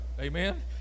Amen